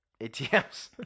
ATMs